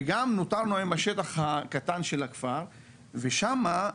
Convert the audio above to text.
וגם נותרנו עם השטח הקטן של הכפר, ושם,